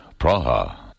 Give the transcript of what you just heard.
Praha